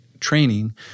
training